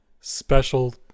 special